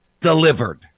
delivered